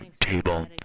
table –